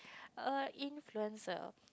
a influencer